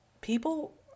people